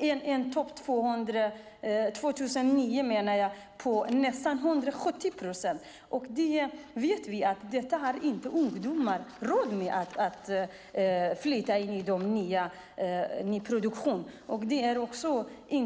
en topp 2009 på nästan 170 procent. Vi vet att ungdomar inte ha råd med att flytta in i nyproduktion.